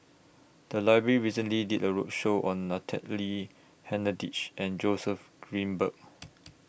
The Library recently did A roadshow on Natalie Hennedige and Joseph Grimberg